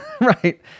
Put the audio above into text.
Right